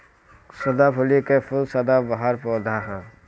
सदाफुली के फूल सदाबहार पौधा ह